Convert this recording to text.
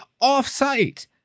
off-site